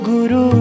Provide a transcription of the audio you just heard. Guru